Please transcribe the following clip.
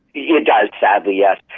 you know does, sadly, yes.